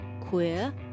queer